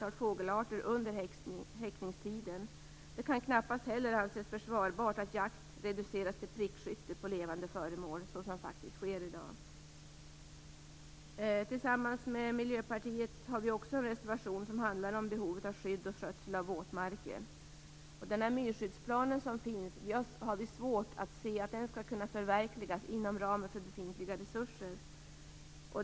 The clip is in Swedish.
Det kan knappast heller anses försvarbart att jakt reduceras till prickskytte på levande föremål, såsom faktiskt sker i dag. Tillsammans med Miljöpartiet har vi också en reservation som handlar om behovet av skydd och skötsel av våtmarker.